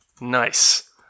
nice